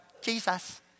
Jesus